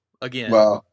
again